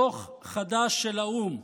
דוח חדש של האו"ם,